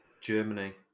Germany